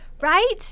Right